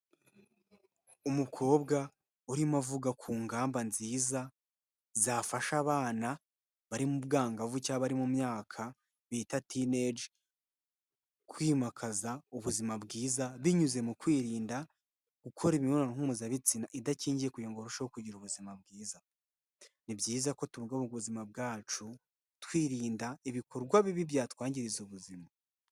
Umukobwa urimo avuga ku ngamba nziza zafasha abana bari mu bwangavu cyangwa bari mu myaka bita tineji kwimakaza ubuzima bwiza binyuze mu kwirinda gukora imibonano mpuzabitsina idakingiye kugira ngo urusheho kugira ubuzima bwiza. Ni byiza ko tubungabunga ubuzima bwacu, twirinda ibikorwa bibi byatwangiriza ubuzima.